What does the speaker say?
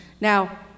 Now